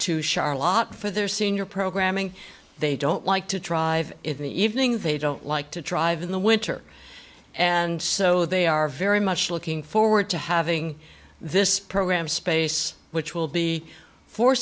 to shar lot for their senior programming they don't like to drive in the evening they don't like to drive in the winter and so they are very much looking forward to having this program space which will be for